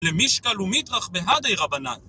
למשקל ומדרך בהדי רבנה